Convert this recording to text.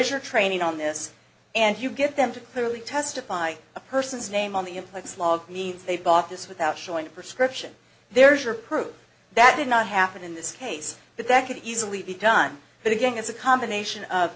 is your training on this and you get them to clearly testify a person's name on the implants log means they bought this without showing a prescription there is your proof that did not happen in this case that that could easily be done but again it's a combination of